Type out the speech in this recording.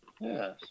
yes